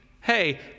Hey